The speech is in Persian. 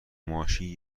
ماشین